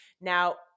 Now